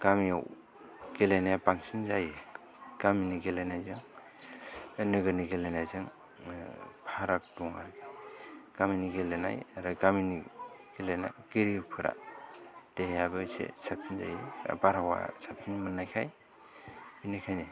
गामियाव गेलेनाया बांसिन जायो गामिनि गेलेनायजों नोगोरनि गेलेनायजों फाराग दं आरोखि गामिनि गेलेनाय आरो गामिनि गेले गिरिफोरा देहायाबो एसे साबफिन जायो आरो बारहावाया साबफिन मोन्नायखाय बेनिखायनो